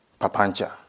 papancha